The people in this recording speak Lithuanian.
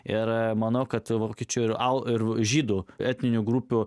ir manau kad vokiečių ir au ir v žydų etninių grupių